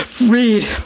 read